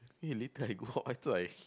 eh later I go out I try